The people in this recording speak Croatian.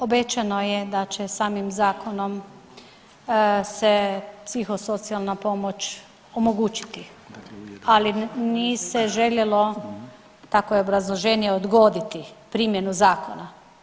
Obećano je da će samim zakonom se psihosocijalna pomoć omogućiti, ali nije se željelo, takvo je obrazloženje odgoditi primjenu zakona.